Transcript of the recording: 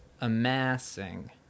amassing